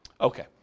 Okay